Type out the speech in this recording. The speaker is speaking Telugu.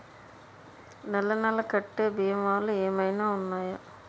నెల నెల కట్టే భీమాలు ఏమైనా ఉన్నాయా?